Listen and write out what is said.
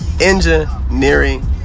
engineering